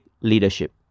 leadership